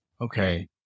okay